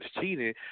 cheating